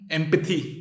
empathy